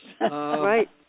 Right